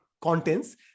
contents